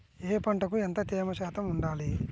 ఏ పంటకు ఎంత తేమ శాతం ఉండాలి?